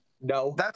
No